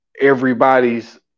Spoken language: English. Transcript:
everybody's